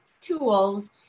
tools